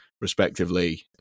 respectively